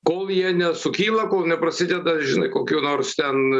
kol jie nesukyla kol neprasideda žinai kokių nors ten